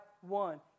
one